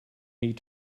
need